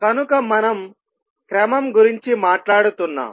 కనుక మనం క్రమం గురించి మాట్లాడుతున్నాం